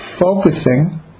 focusing